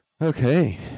Okay